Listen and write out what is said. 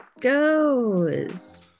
goes